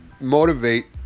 motivate